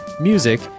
music